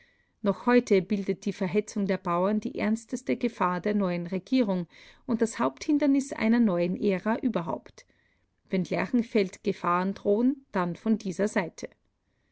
noch heute bildet die verhetzung der bauern die ernsteste gefahr der neuen regierung und das haupthindernis einer neuen ära überhaupt wenn lerchenfeld gefahren drohen dann von dieser seite